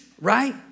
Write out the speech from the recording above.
right